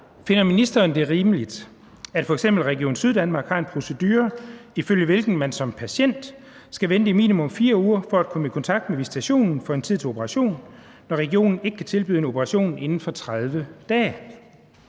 Finder ministeren det rimeligt, at f.eks. Region Syddanmark har en procedure, ifølge hvilken man som patient skal vente i minimum 4 uger for at komme i kontakt med visitationen for en tid til operation, når regionen ikke kan tilbyde en operation inden for 30 dage?